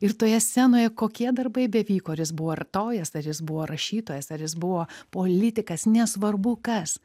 ir toje scenoje kokie darbai bevyko ar jis buvo artojas ar jis buvo rašytojas ar jis buvo politikas nesvarbu kas